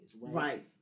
Right